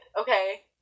Okay